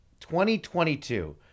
2022